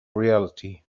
reality